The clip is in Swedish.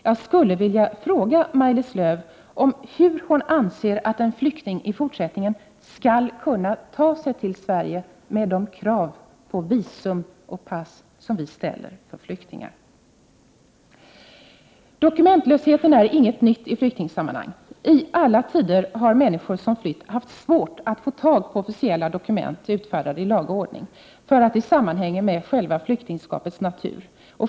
Jag skulle vilja fråga Maj-Lis Lööw hur hon anser att en flykting i fortsättningen skall kunna ta sig till Sverige, med de krav på visum och pass som vi ställer på flyktingar. Dokumentlösheten är inget nytt i flyktingsammanhang. I alla tider har människor som flytt haft svårt att få tag på officiella dokument utfärdade i laga ordning. Det sammanhänger med själva flyktingskapets natur.